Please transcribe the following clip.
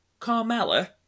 Carmella